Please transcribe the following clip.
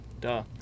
Duh